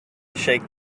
shake